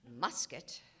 musket